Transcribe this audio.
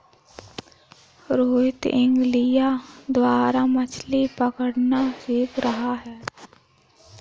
Rohit angling द्वारा मछ्ली पकड़ना सीख रहा है